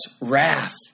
wrath